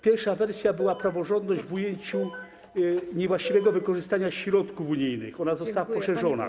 Pierwsza wersja była taka: praworządność w ujęciu niewłaściwego wykorzystania środków unijnych, ona została poszerzona.